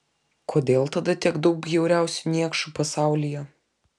kodėl tada tiek daug bjauriausių niekšų pasaulyje